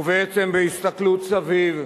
ובעצם בהסתכלות סביב,